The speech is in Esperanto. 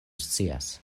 scias